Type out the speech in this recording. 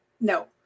no